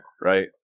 right